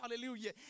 Hallelujah